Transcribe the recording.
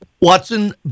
Watson